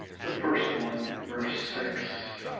the first one, verse six.